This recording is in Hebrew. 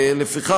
לפיכך,